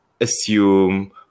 assume